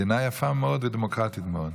מדינה יפה מאוד ודמוקרטית מאוד.